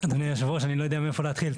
אדוני היו"ר אני לא יודע מאיפה להתחיל.